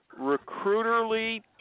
Recruiterly